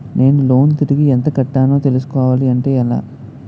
నేను లోన్ తిరిగి ఎంత కట్టానో తెలుసుకోవాలి అంటే ఎలా?